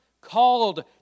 called